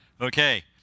Okay